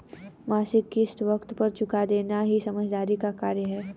मासिक किश्त वक़्त पर चूका देना ही समझदारी का कार्य है